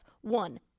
One